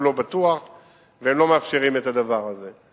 הוא לא בטוח והם לא מאפשרים את הדבר הזה.